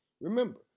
Remember